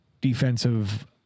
defensive